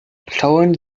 schauen